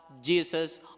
Jesus